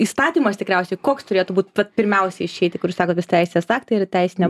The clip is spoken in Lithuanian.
įstatymas tikriausiai koks turėtų būt vat pirmiausia išeiti kur jūs sakot vis teisės aktai ir teisinė